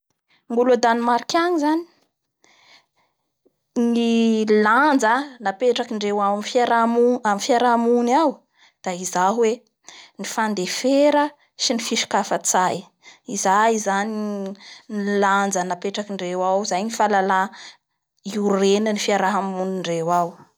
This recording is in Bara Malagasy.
Ny tena fivaavahan'ny Italianina zany da ny christianisma dimy ambin'ny valopolo isanjanton'ny mpivavaky agny da kristianina aby.